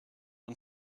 und